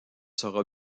sera